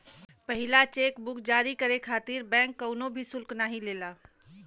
पहिला cheque book जारी करे खातिर बैंक कउनो भी शुल्क नाहीं लेला